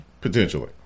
potentially